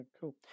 cool